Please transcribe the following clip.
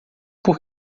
por